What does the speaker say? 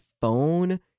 phone